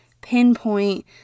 pinpoint